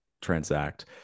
transact